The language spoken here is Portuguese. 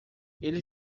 ele